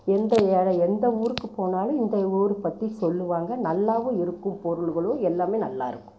எந்த வேற எந்த ஊருக்கு போனாலும் இந்த ஊர் பற்றி சொல்லுவாங்கள் நல்லாவும் இருக்கும் பொருள்களும் எல்லாமே நல்லாயிருக்கும்